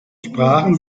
sprachen